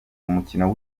umukino